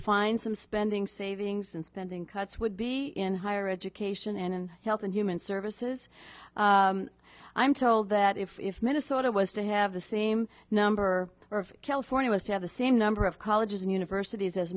find some spending savings and spending cuts would be in higher education and in health and human services i'm told that if minnesota was to have the same number of california was to have the same number of colleges and universities as